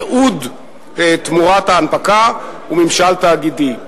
ייעוד תמורת ההנפקה וממשל תאגידי.